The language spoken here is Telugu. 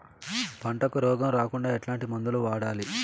పంటకు రోగం రాకుండా ఎట్లాంటి మందులు వాడాలి?